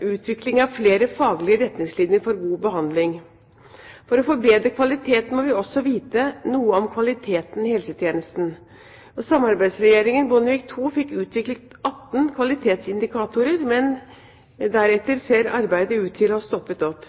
utvikling av flere faglige retningslinjer for god behandling. For å forbedre kvaliteten må vi også vite noe om kvaliteten i helsetjenesten. Samarbeidsregjeringen, Bondevik II, fikk utviklet 18 kvalitetsindikatorer, men deretter ser arbeidet ut til å ha stoppet opp.